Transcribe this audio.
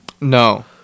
No